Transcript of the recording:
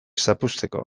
zapuzteko